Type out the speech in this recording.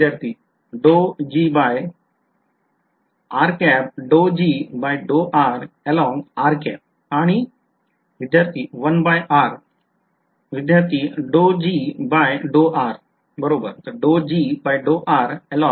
विध्यार्थी Dou G by along आणि विध्यार्थी 1r 1 by r